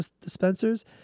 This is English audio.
dispensers